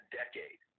decade